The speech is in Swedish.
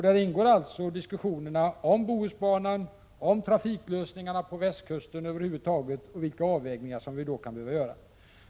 Där ingår alltså diskussionerna om Bohusbanan, trafiklösningarna på västkusten över huvud taget och vilka avvägningar man kan behöva göra.